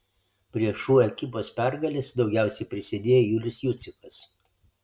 prie šu ekipos pergalės daugiausiai prisidėjo julius jucikas